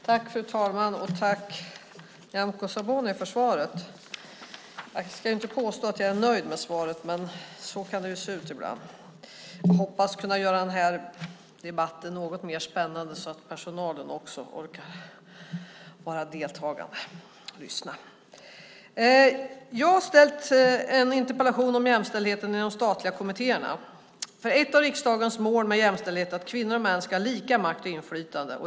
Fru talman! Jag tackar Nyamko Sabuni för svaret. Jag kan inte påstå att jag är nöjd med svaret, men så kan det ju se ut ibland. Jag hoppas kunna göra debatten något mer spännande så att personalen också orkar vara deltagande och lyssna. Jag har ställt en interpellation om jämställdheten inom de statliga kommittéerna. Ett av riksdagens mål med jämställdhet är att kvinnor och män ska ha lika makt och inflytande.